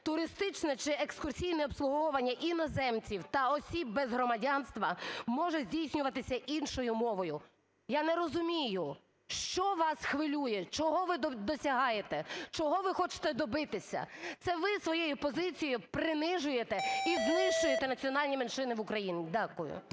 Туристичне чи екскурсійне обслуговування іноземців та осіб без громадянства може здійснюватися іншою мовою". Я не розумію, що вас хвилює, чого ви досягаєте. Чого ви хочете добитися? Це ви своєю позицію принижуєте і знищуєте національні меншини в Україні. Дякую.